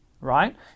right